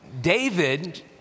David